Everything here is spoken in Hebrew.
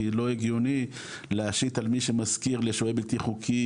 כי לא הגיוני להשיט על מי שמשכיר לשוהה בלתי חוקי